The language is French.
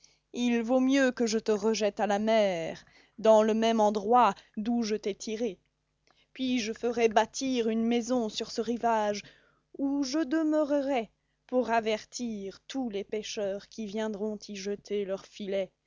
il vaut mieux que je te rejette à la mer dans le même endroit d'où je t'ai tiré puis je ferai bâtir une maison sur ce rivage où je demeurerai pour avertir tous les pêcheurs qui viendront y jeter leurs filets